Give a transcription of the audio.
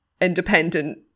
independent